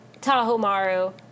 Tahomaru